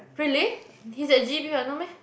really he's at j_b what no meh